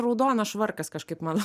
raudonas švarkas kažkaip man